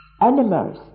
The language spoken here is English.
animals